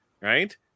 right